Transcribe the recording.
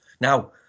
Now